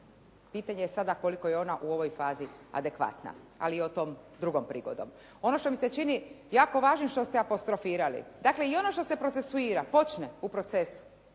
Pitanje je sada koliko je ona u ovoj fazi adekvatna, ali o tome drugom prigodom. Ono što mi se čini jako važno i što ste apostrofirali, dakle i ono što se procesuira, počne u proces,